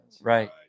Right